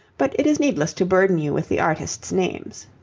but it is needless to burden you with the artists' names.